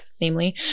namely